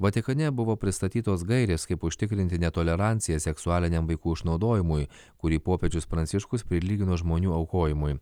vatikane buvo pristatytos gairės kaip užtikrinti netoleranciją seksualiniam vaikų išnaudojimui kurį popiežius pranciškus prilygino žmonių aukojimui